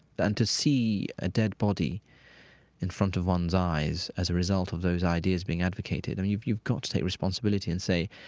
and to see a dead body in front of one's eyes as result of those ideas being advocated, i mean, you've you've got to take responsibility and say,